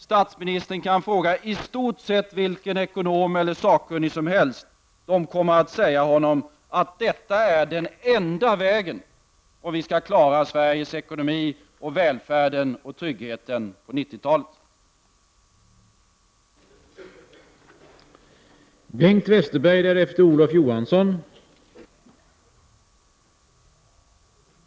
Statsministern kan fråga i stort sett vilken ekonom eller sakkunnig som helst; de kommer att säga honom att detta är den enda vägen att gå om vi skall klara Sveriges ekonomi samt välfärden och tryggheten på 1990-talet.